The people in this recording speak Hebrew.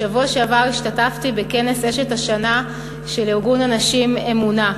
בשבוע שעבר השתתפתי בכנס "אשת השנה" של ארגון הנשים "אמונה".